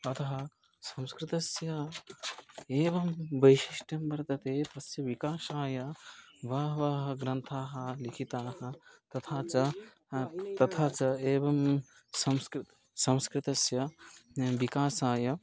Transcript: अतः संस्कृतस्य एवं वैशिष्ट्यं वर्तते तस्य विकासाय बहवः ग्रन्थाः लिखिताः तथा च तथा च एवं संस्कृतं संस्कृतस्य विकासाय